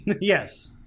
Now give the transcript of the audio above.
Yes